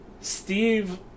Steve